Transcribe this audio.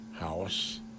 house